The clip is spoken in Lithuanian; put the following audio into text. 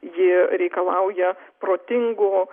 ji reikalauja protingo